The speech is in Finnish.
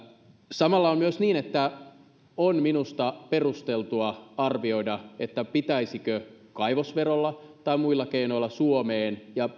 samalla on myös niin että on minusta perusteltua arvioida pitäisikö kaivosverolla tai muilla keinoilla suomeen ja